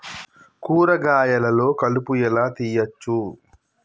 కూరగాయలలో కలుపు ఎలా తీయచ్చు?